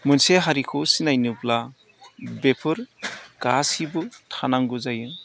मोनसे हारिखौ सिनायनोब्ला बेफोर गासैबो थानांगौ जायो